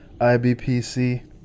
ibpc